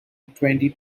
twenty